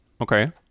okay